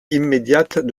immédiate